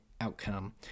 outcome